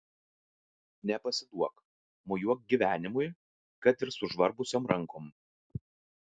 nepasiduok mojuok gyvenimui kad ir sužvarbusiom rankom